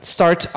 start